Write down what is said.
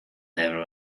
never